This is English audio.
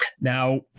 Now